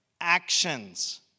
actions